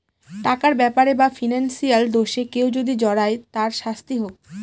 টাকার ব্যাপারে বা ফিনান্সিয়াল দোষে কেউ যদি জড়ায় তার শাস্তি হোক